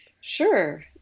Sure